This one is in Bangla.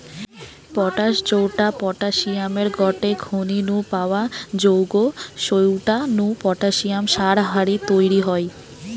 পটাশ জউটা পটাশিয়ামের গটে খনি নু পাওয়া জউগ সউটা নু পটাশিয়াম সার হারি তইরি হয়